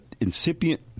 incipient